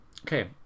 Okay